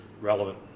relevant